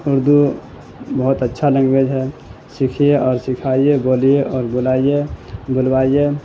اردو بہت اچھا لینگویج ہے سیکھیے اور سکھائیے بولیے اور بلائیے بلوائیے